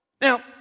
Now